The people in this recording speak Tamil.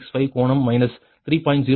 98265 கோணம் மைனஸ் 3